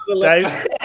Dave